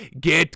get